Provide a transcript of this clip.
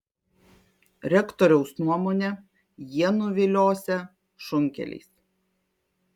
rektoriaus nuomone jie nuviliosią šunkeliais